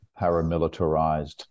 paramilitarized